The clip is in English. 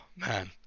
Man